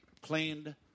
cleaned